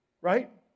Right